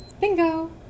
Bingo